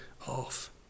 off